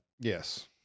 Yes